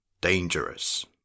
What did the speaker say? dangerous